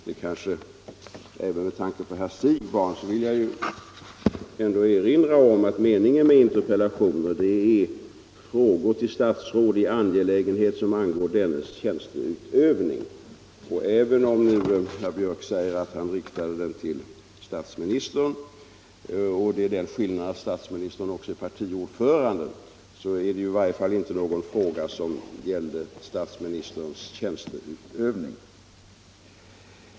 Med adress också till herr Siegbahn vill jag erinra om att meningen med interpellationer är att de skall avse frågor till statsråd i angelägenheter som angår dennes tjänsteutövning. Även om nu herr Björck säger att han riktade interpellationen till statsministern - som ju också är partiordförande — är det i varje fall inte någon fråga som gällde statsministerns tjänsteutövning.